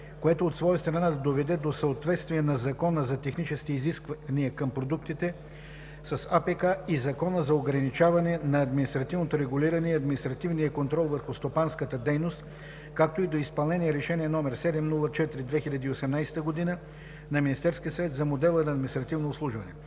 което от своя страна да доведе до съответствие на Закона за техническите изисквания към продуктите с АПК и Закона за ограничаване на административното регулиране и административния контрол върху стопанската дейност, както и до изпълнение Решение № 704/2018 г. на Министерския съвет за модела на административното обслужване.